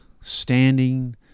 standing